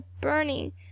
burning